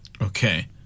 Okay